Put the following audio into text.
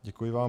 Děkuji vám.